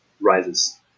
rises